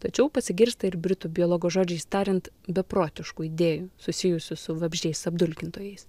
tačiau pasigirsta ir britų biologo žodžiais tariant beprotiškų idėjų susijusių su vabzdžiais apdulkintojais